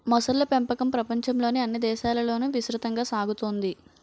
మొసళ్ళ పెంపకం ప్రపంచంలోని అన్ని దేశాలలోనూ విస్తృతంగా సాగుతోంది